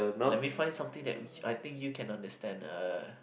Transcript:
let me find something that which I think you can understand err